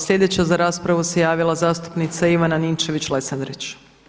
Sljedeća za raspravu se javila zastupnica Ivana Ninčević-Lesandrić.